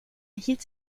hielt